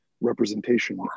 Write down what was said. representation